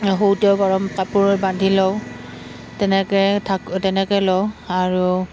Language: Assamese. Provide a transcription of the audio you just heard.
শুওতে গৰম কাপোৰৰ বান্ধি লওঁ তেনেকৈ তেনেকৈ লওঁ আৰু